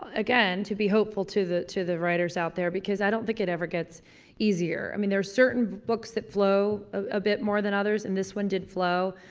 again to be hopeful to the, to the writers out there because i don't think it ever gets easier. i mean there's certain books that flow a bit more than others and this one did flow.